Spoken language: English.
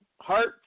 heart